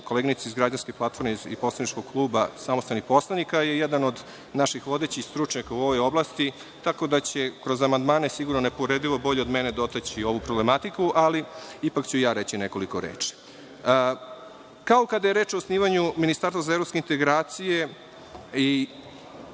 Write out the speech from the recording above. koleginica iz Građanske platforme i Poslaničkog kluba Samostalni poslanik, je jedan od naših vodećih stručnjaka u ovoj oblasti, tako da će kroz amandmane, sigurno, neuporedivo bolje od mene dotaći ovu problematiku, ali ipak ću reći nekoliko reči. Kao kada je reč o osnivanju ministarstva za evropske integracije,